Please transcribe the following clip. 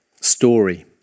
story